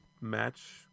match